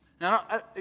Now